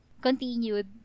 continued